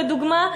לדוגמה,